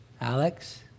Alex